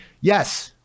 yes